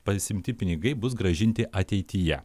pasiimti pinigai bus grąžinti ateityje